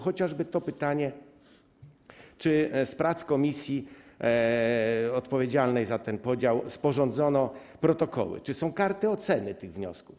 Chociażby na pytaniu, czy z prac komisji odpowiedzialnej za ten podział sporządzono protokoły, czy są karty oceny tych wniosków.